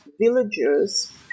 villagers